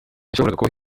kubaho